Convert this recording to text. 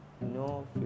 no